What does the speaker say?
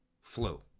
Flu